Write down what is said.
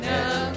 now